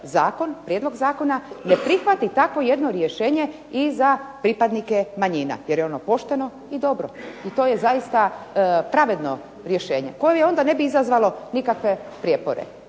zakon, prijedlog zakona ne prihvati takvo jedno rješenje i za pripadnike manjina jer je ono pošteno i dobro i to je zaista pravedno rješenje koje onda ne bi izazvalo nikakve prijepore.